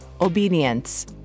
obedience